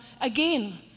again